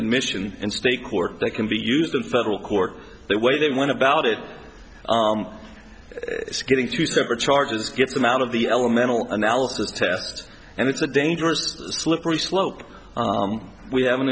admission in state court they can be used in federal court they way they want about it getting two separate charges get them out of the elemental analysis test and it's a dangerous slippery slope we have an